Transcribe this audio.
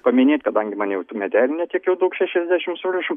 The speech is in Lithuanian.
paminėt kadangi man jau tų metelių ne tiek jau daug šešiasdešim su viršum